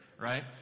right